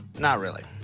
not really.